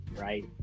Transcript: right